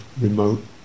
remote